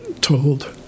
told